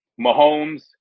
Mahomes